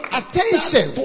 attention